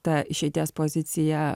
ta išeities pozicija